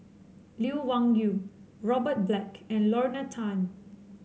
Lee Wung Yew Robert Black and Lorna Tan